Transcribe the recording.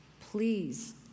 Please